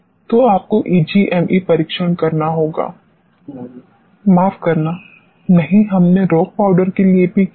तो आपको ईजीएमई परीक्षण करना होगा माफ़ करना नहीं हमने रॉक पाउडर के लिए भी किया है